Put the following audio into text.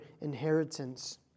inheritance